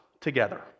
together